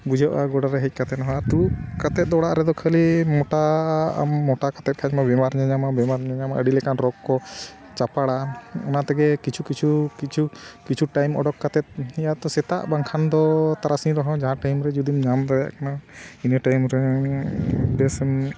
ᱵᱩᱡᱷᱟᱹᱜᱼᱟ ᱜᱚᱰᱟᱨᱮ ᱦᱮᱡ ᱠᱟᱛᱮᱫ ᱦᱚᱸ ᱫᱩᱲᱩᱵ ᱠᱟᱛᱮᱫ ᱫᱚ ᱚᱲᱟᱜ ᱨᱮᱫᱚ ᱠᱷᱟᱹᱞᱤ ᱢᱚᱴᱟᱜ ᱟᱢ ᱢᱚᱴᱟ ᱠᱟᱛᱮᱫ ᱠᱷᱟᱱ ᱢᱟ ᱵᱮᱢᱟᱨ ᱧᱟᱧᱟᱢᱟ ᱵᱮᱢᱟᱨ ᱧᱟᱧᱟᱢᱟ ᱟᱹᱰᱤ ᱞᱮᱠᱟᱱ ᱨᱳᱜᱽ ᱠᱚ ᱡᱟᱯᱟᱲᱟ ᱚᱱᱟ ᱛᱮᱜᱮ ᱠᱤᱪᱷᱩ ᱠᱤᱪᱷᱩ ᱠᱤᱪᱷᱩ ᱠᱤᱪᱷᱩ ᱴᱟᱭᱤᱢ ᱳᱰᱳᱠ ᱠᱟᱛᱮᱫ ᱤᱭᱟ ᱛᱚ ᱥᱮᱛᱟᱜ ᱵᱟᱝᱠᱷᱟᱱ ᱫᱚ ᱛᱟᱨᱟᱥᱤᱧ ᱨᱮᱦᱚᱸ ᱡᱟᱦᱟᱸ ᱴᱟᱭᱤᱢ ᱨᱮ ᱡᱩᱫᱤᱢ ᱧᱟᱢ ᱫᱟᱲᱮᱭᱟᱜ ᱠᱟᱱᱟ ᱤᱱᱟᱹ ᱴᱟᱭᱤᱢ ᱨᱮ ᱵᱮᱥᱢ